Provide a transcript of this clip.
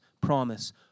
Promise